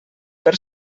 per